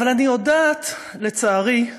אבל אני יודעת, לצערי,